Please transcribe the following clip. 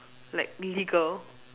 like legal